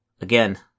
Again